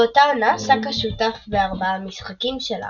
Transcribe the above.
באותה עונה סאקה שותף בארבעה משחקים של ארסנל.